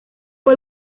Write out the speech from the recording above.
fue